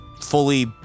fully